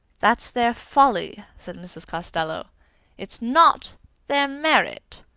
that's their folly, said mrs. costello it's not their merit.